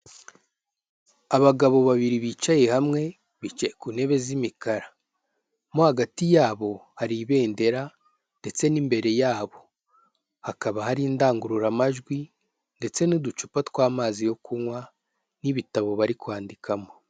Abagabo babiri bicaye hamwe, bicaye ku ntebe z'imikara, mo hagati yabo hari ibendera ndetse n'imbere yabo hakaba hari indangururamajwi ndetse n'uducupa tw'amazi yo kunywa n'ibitabo bari kwandikamo.